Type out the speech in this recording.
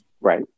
Right